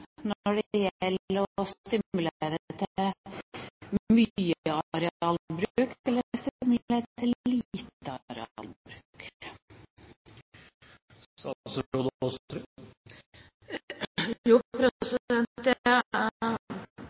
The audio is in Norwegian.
når det gjelder å stimulere til mye arealbruk eller å stimulere til lite arealbruk? Jo, jeg har forståelse for det. Som jeg